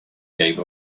gave